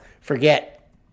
Forget